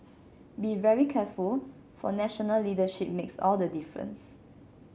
be very careful for national leadership makes all the difference